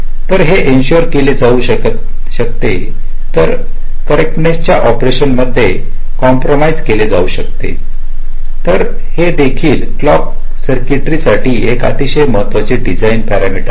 तर हे इशशुअर केले जाऊ शकत नसेल तर करेक्टनेस च्या ऑपरेशन मध्ये कॉम्प्रमाईि केले जाऊ शकते तर हे देखील क्लॉक सर्कटरी साठी एक अतिशय महत्वाचे डीजाइन पॅरामीटर आहे